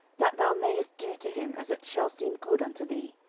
that thou mayest do to him as it shall seem good unto thee.